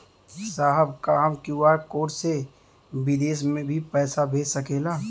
साहब का हम क्यू.आर कोड से बिदेश में भी पैसा भेज सकेला?